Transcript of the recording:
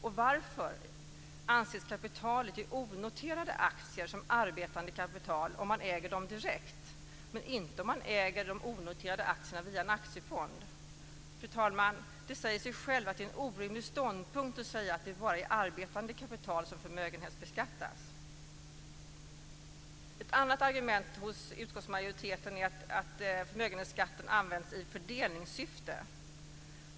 Och varför anses kapitalet i onoterade aktier vara arbetande kapital om man äger aktierna direkt, men inte om man äger dem via en aktiefond? Fru talman! Det säger sig självt att det är en orimlig ståndpunkt att säga att det bara är arbetande kapital som förmögenhetsbeskattas. Ett annat argument hos utskottsmajoriteten är att förmögenhetsskatten används i fördelningssyfte.